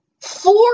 four